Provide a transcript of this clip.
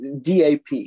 DAP